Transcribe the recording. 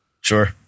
Sure